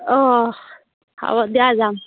অ' হ'ব দিয়া যাম